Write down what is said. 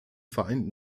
vereinten